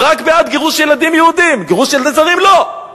רק בעד גירוש ילדים יהודים, גירוש ילדי זרים, לא.